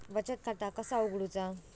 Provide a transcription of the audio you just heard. बचत खाता कसा उघडूचा?